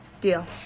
Deal